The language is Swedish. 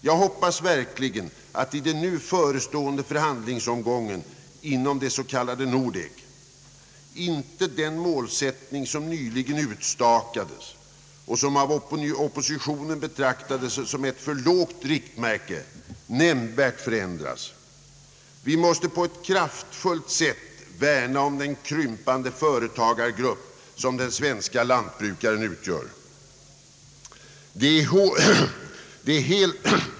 Jag hoppas verkligen att i den nu förestående förhandlingsomgången inom det s.k. Nordek inte den målsättning som nyligen utstakats och som av oppositionen betraktades som ett för lågt riktmärke nämnvärt förändras. Vi måste på ett kraftfullt sätt värna om den krympande företagargrupp som de svenska lantbrukarna utgör.